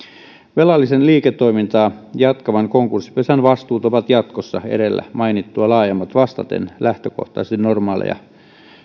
velallisen liiketoimintaa jatkavan konkurssipesän vastuut ovat jatkossa edellä mainittua laajemmat vastaten lähtökohtaisesti normaaleja